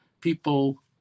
people